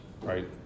right